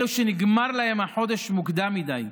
אלו שנגמר להם החודש מוקדם מדי,